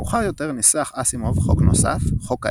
מאוחר יותר, ניסח אסימוב חוק נוסף – "חוק האפס"